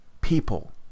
people